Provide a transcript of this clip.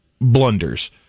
blunders